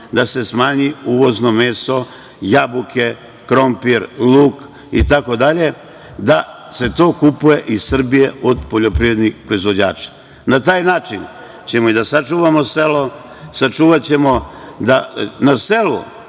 da se smanji uvozno meso, jabuke, krompir, luk itd, da se to kupuje iz Srbije od poljoprivrednih proizvođača. Na taj način ćemo i da sačuvamo selo, sačuvaćemo da na selu